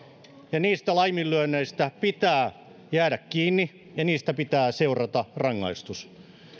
ja niistä laiminlyönneistä pitää jäädä kiinni ja niistä pitää seurata rangaistus